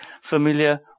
familiar